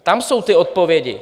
Tam jsou ty odpovědi.